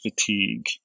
fatigue